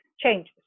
changes